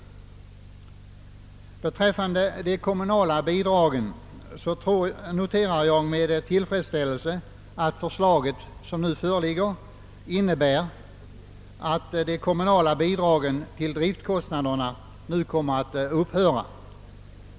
Beträffande de kommunala bidragen noterar jag med tillfredsställelse, att de förslag som nu föreligger innebär att de kommunala bidragen till driftkostnaderna kommer att upphöra.